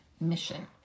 mission